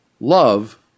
love